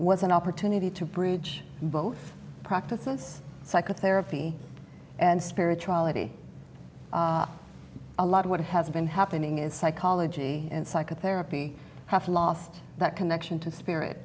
was an opportunity to bridge both practices psychotherapy and spirituality a lot of what has been happening is psychology and psychotherapy have lost that connection to spirit